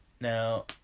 Now